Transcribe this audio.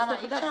למה?